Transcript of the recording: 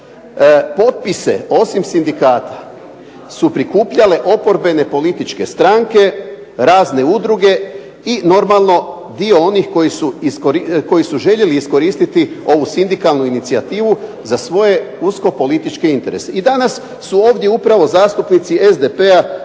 Potpise osim sindikata su prikupljale oporbene političke stranke, razne udruge i normalno, dio onih koji su željeli iskoristiti ovu sindikalnu inicijativu za svoje usko političke interese. I danas su ovdje upravo zastupnici SDP-a